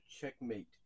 checkmate